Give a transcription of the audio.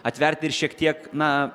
atverti ir šiek tiek na